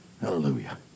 hallelujah